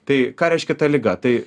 tai ką reiškia ta liga tai